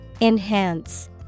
Enhance